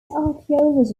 archaeology